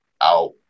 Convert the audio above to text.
out